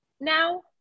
now